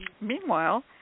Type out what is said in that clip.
meanwhile